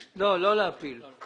שלי להעביר לשני בתי החולים הנוספים.